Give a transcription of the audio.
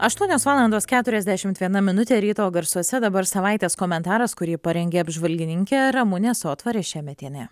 aštuonios valandos keturiasdešimt viena minutė ryto garsuose dabar savaitės komentaras kurį parengė apžvalgininkė ramunė sotvarė šemetienė